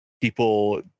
people